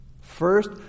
First